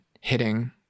hitting